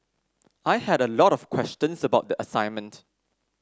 I had a lot of questions about the assignment